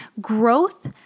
growth